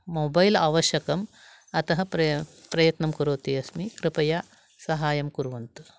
mobile आवश्यकम् अतः प्रयत्नं कुर्वती अस्मि कृपया सहायं कुर्वन्तु